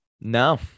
no